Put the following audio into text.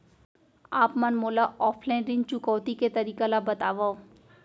आप मन मोला ऑफलाइन ऋण चुकौती के तरीका ल बतावव?